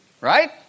right